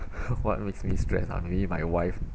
what makes me stress uh maybe my wife